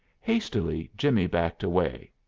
hastily jimmie backed away.